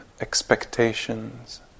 expectations